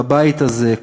בבית הזה,